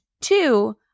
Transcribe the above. two